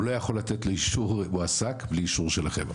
הוא לא יכול לתת לו אישור מועסק בלי אישור שלכם.